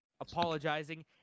apologizing